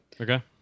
Okay